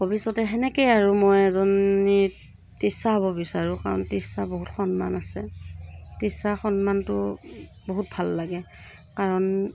ভৱিষ্যতে সেনেকেই আৰু মই এজনী টিচা হ'ব বিচাৰোঁ কাৰণ টিচা বহুত সন্মান আছে টিচা সন্মানটো বহুত ভাল লাগে কাৰণ